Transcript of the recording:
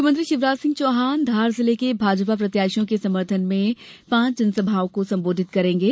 मुख्यमंत्री शिवराज सिंह चौहान धार जिले के भाजपा प्रत्याशियों के समर्थन में पांच जनसभाओं को संबोधित करेंगे